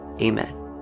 amen